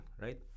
right